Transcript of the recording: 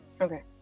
okay